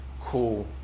Cool